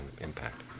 impact